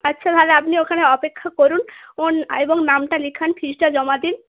আচ্ছা তাহলে আপনি ওখানে অপেক্ষা করুন এবং নামটা লেখান ফিজটা জমা দিন